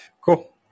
Cool